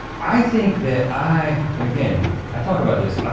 i think that i, and again, i talk about this, ah